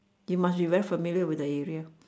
you must be very familiar with the area